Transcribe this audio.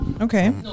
Okay